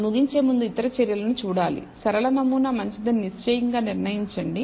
మీరు ముగించే ముందు ఇతర చర్యలను చూడాలి సరళ నమూనా మంచిదని నిశ్చయంగా నిర్ణయించండి